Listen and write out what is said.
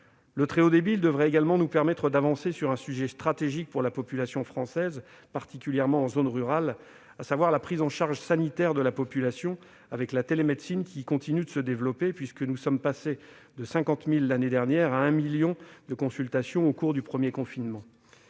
Le très haut débit devrait également nous permettre d'avancer sur un sujet stratégique pour la population française, particulièrement en zone rurale : la prise en charge sanitaire de la population, avec la télémédecine, qui continue de se développer puisque nous sommes passés de 50 000 consultations l'année dernière à un million au cours du premier confinement.